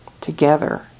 together